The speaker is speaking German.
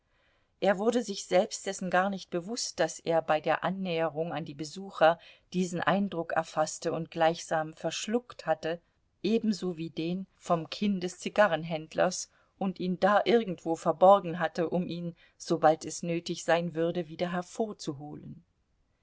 er wurde sich selbst dessen gar nicht bewußt daß er bei der annäherung an die besucher diesen eindruck erfaßte und gleichsam verschluckt hatte ebenso wie den vom kinn des zigarrenhändlers und ihn da irgendwo verborgen hatte um ihn sobald es nötig sein würde wieder hervorzuholen